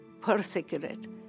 persecuted